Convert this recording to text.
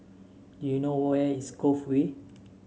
you know where is Cove Way